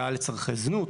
הזה.